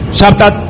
chapter